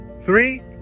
three